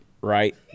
right